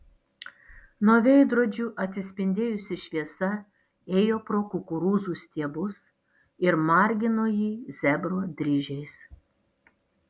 nuo veidrodžių atsispindėjusi šviesa ėjo pro kukurūzų stiebus ir margino jį zebro dryžiais